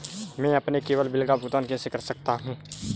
मैं अपने केवल बिल का भुगतान कैसे कर सकता हूँ?